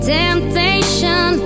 temptation